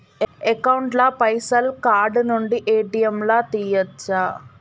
Account ల పైసల్ card నుండి ఏ.టి.ఎమ్ లా తియ్యచ్చా?